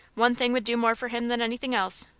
one thing would do more for him than anything else.